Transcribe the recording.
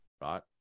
right